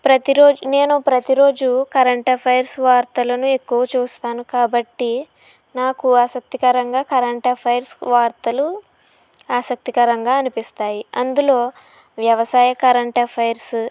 ప్రతిరోజు నేను ప్రతి రోజు కరెంట్ అఫైర్స్ వార్తలను ఎక్కువ చూస్తాను కాబట్టి నాకు ఆసక్తికరంగా కరెంట్ అఫైర్స్ వార్తలు ఆసక్తికరంగా అనిపిస్తాయి అందులో వ్యవసాయ కరెంట్ అఫైర్స్